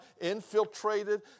infiltrated